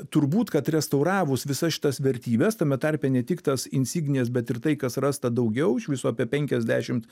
turbūt kad restauravus visas šitas vertybes tame tarpe ne tik tas insignijas bet ir tai kas rasta daugiau iš viso apie penkiasdešimt